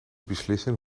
beslissen